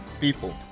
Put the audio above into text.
people